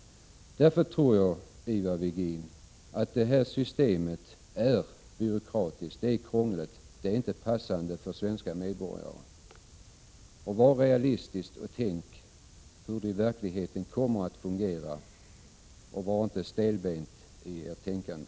Därför tror jag, Ivar Virgin, att det föreslagna systemet är byråkratiskt och krångligt och inte passande för svenska medborgare. Var realistisk och tänk efter hur det i verkligheten kommer att fungera, och var inte stelbent i ert tänkande!